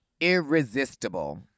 irresistible